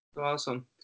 Awesome